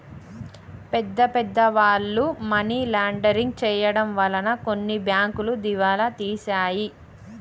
పెద్ద పెద్ద వాళ్ళు మనీ లాండరింగ్ చేయడం వలన కొన్ని బ్యాంకులు దివాలా తీశాయి